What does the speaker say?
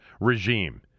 regime